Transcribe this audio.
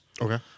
Okay